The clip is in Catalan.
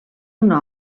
una